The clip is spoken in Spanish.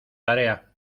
tarea